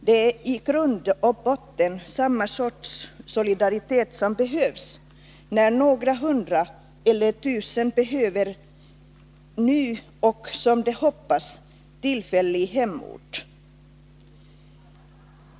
Det är i grund och botten samma sorts solidaritet som behövs när några hundra eller några tusen behöver en ny — och som de hoppas tillfällig — hemort.